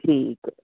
ਠੀਕ